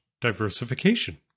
diversification